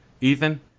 Ethan